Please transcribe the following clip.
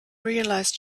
realized